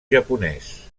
japonès